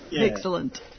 Excellent